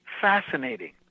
fascinating